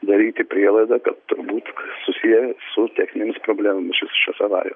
daryti prielaidą kad turbūt susiję su techninėmis problemomis šios avarijos